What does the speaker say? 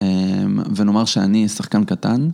ונאמר שאני שחקן קטן.